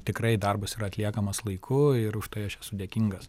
tikrai darbas ir atliekamas laiku ir už tai aš esu dėkingas